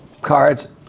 cards